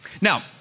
Now